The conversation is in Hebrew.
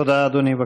תודה, אדוני.